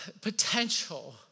potential